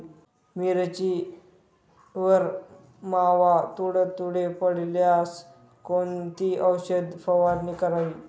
मिरचीवर मावा, तुडतुडे पडल्यास कोणती औषध फवारणी करावी?